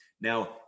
now